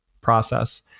process